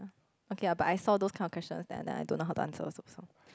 okay lah but I saw those kind of question then I like don't know how to answer also